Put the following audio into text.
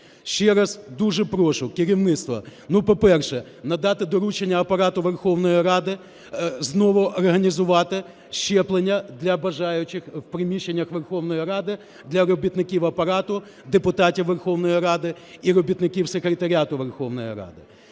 Ще раз дуже прошу керівництво, по-перше, надати доручення Апарату Верховної Ради знову організувати щеплення для бажаючих в приміщеннях Верховної Ради, для робітників Апарату, депутатів Верховної Ради і робітників секретаріату Верховної Ради.